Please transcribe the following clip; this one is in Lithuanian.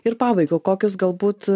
ir pabaigai kokius galbūt